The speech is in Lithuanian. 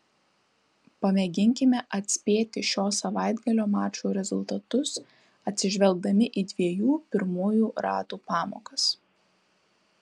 pamėginkime atspėti šio savaitgalio mačų rezultatus atsižvelgdami į dviejų pirmųjų ratų pamokas